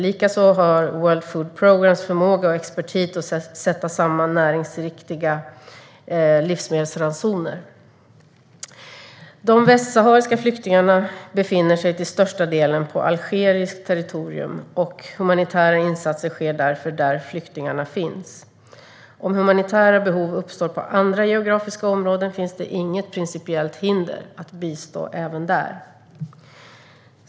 Likaså har World Food Programme förmåga och expertis att sätta samman näringsriktiga livsmedelsransoner. De västsahariska flyktingarna befinner sig till största delen på algeriskt territorium, och humanitära insatser sker därför där flyktingarna finns. Om humanitära behov uppstår på andra geografiska områden finns det inget principiellt hinder för att bistå även där.